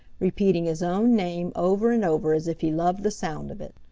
repeating his own name over and over as if he loved the sound of it.